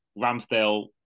Ramsdale